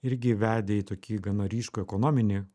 irgi vedė į tokį gana ryškus ekonominį